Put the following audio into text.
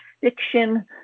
fiction